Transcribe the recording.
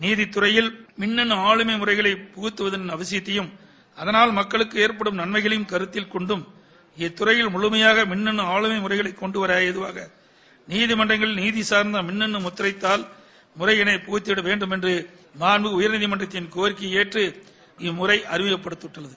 நீதித்துறையில் மினனனு ஆளுமை முறைகளை புகுத்துவதன் அவசியத்தையும் அதனால் மக்களுக்கு ஏற்படும் நன்மைகளை கருத்தில் கொண்டும் இத்துறையில் முழுமையான மின்னு ஆளுமை முறைகளைக் கொண்டுவர ஏதுவாக நீதிமன்றங்களில் நீதிசார்ந்த மின்னு முத்திரைத்தாள் முறையினை புகுத்திட வேண்டுமென்று மாண்புமிகு உயர்நீதிமன்றத்தின் கோரிக்கையை ஏற்று இம்முறை அறிமுகப்படுத்தப்பட்டள்ளது